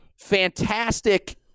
Fantastic